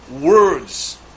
words